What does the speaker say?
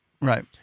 Right